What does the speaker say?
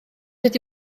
wedi